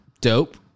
Dope